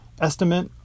estimate